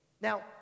Now